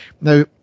Now